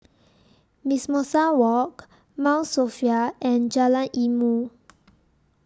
Mimosa Walk Mount Sophia and Jalan Ilmu